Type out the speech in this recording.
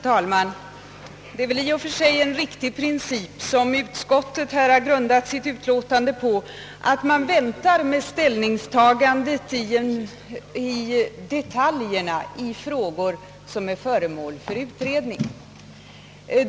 Herr talman! Det är väl i och för sig en riktig princip som utskottet har grundat sitt utlåtande på, nämligen att man väntar med ställningstagandet i detaljerna i ärenden som är föremål för utredning.